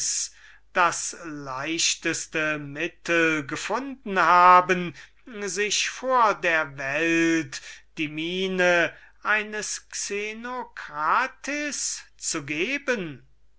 das leichteste mittel gefunden haben sich vor der welt die miene eines xenocrates zu geben